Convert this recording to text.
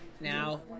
Now